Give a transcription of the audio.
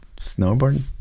snowboarding